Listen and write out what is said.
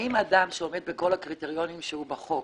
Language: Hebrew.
האם אדם שעומד בכל הקריטריונים של החוק